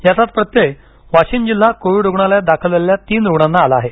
याचाच प्रत्यय वाशिम जिल्हा कोविड रुग्णालयात दाखल झालेल्या तीन रुग्णांना आला आहे